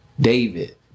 David